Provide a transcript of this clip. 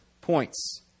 points